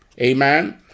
Amen